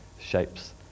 shapes